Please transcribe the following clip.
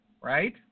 right